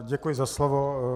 Děkuji za slovo.